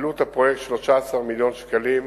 עלות הפרויקט: 13 מיליון שקלים.